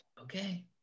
Okay